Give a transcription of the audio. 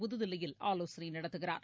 புதுதில்லியில் ஆலோசனை நடத்துகிறார்